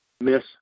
Miss